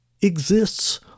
exists